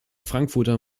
frankfurter